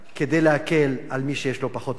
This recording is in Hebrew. כדי להקל על מי שיש לו פחות מדי.